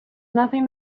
nothing